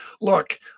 Look